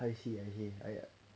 拍戏啊一天 !aiya!